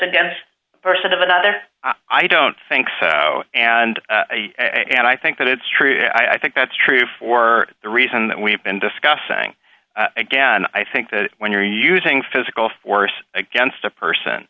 against a person of another i don't think so and and i think that it's true i think that's true for the reason that we've been discussing again i think that when you're using physical force against a person